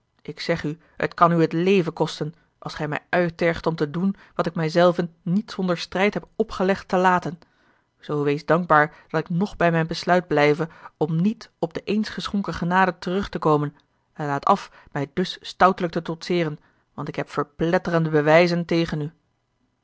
ik zeg u het kan u het leven kosten als gij mij uittergt om te doen wat ik mij zelven niet zonder strijd heb opgelegd te laten zoo wees dankbaar dat ik ng bij mijn besluit blijve om niet op de eens geschonken genade terug te komen en laat af mij dus stoutelijk te trotseeren want ik heb verpletterende bewijzen tegen u